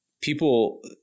people